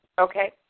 Okay